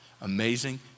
amazing